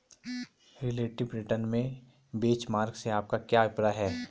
Relative return में benchmark से आपका क्या अभिप्राय है?